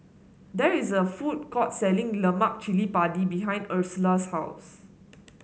there is a food court selling Lemak Cili Padi behind Ursula's house